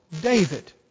David